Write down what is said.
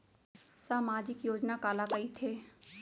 सामाजिक योजना काला कहिथे?